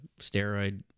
steroid